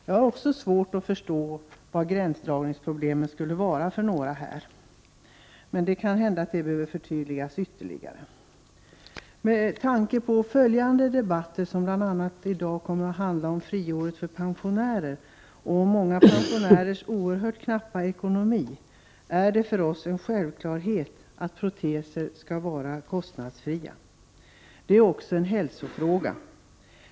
Jag har också svårt att förstå vilka gränsdragningsproblem som detta skulle innebära, men det kan hända att detta kan behöva förtydligas ytterligare. Med tanke på de debatter som kommer att följa senare i dag, bl.a. debatten om det s.k. avgiftsfria året vid sjukhusvård för pensionärer, och många pensionärers oerhört knappa ekonomi, är det för oss en självklarhet att proteser skall vara kostnadsfria. Det är också en hälsofråga.